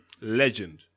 Legend